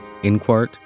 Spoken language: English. Inquart